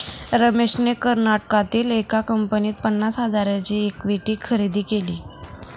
रमेशने कर्नाटकातील एका कंपनीत पन्नास हजारांची इक्विटी खरेदी केली